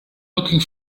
looking